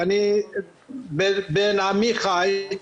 ואני בין עמי חי.